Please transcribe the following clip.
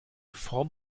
form